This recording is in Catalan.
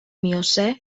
miocè